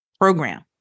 program